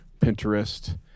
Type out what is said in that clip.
Pinterest